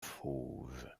fauves